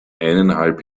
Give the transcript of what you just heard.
eineinhalb